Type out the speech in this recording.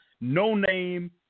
no-name